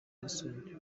nelson